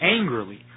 angrily